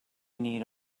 need